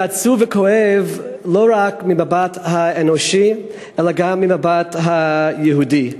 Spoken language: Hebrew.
זה עצוב וכואב לא רק מהמבט האנושי אלא גם מהמבט היהודי.